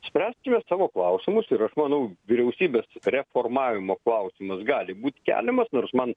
spręsti savo klausimus ir aš manau vyriausybės reformavimo klausimas gali būt keliamas nors man